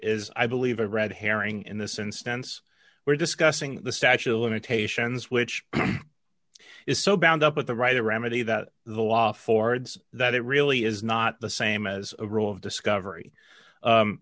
is i believe a red herring in this instance we're discussing the statute of limitations which is so bound up with the right to remedy that the law fords that it really is not the same as a rule of discovery